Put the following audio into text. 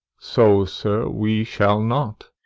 so, sir we shall not.